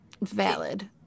valid